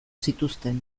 zituzten